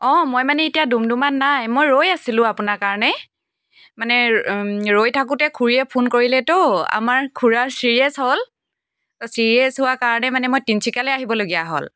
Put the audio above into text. অঁ মই মানে এতিয়া ডুমডুমাত নাই মই ৰৈ আছিলোঁ আপোনাৰ কাৰণে মানে ৰৈ থাকোঁতে খুৰীয়ে ফোন কৰিলে তো আমাৰ খুৰাৰ ছিৰিয়াছ হ'ল ছিৰিয়াছ হোৱাৰ কাৰণে মই মানে তিনিচুকীয়ালৈ আহিবলগীয়া হ'ল